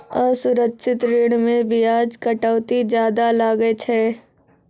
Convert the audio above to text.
असुरक्षित ऋण मे बियाज कटौती जादा लागै छै